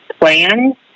plan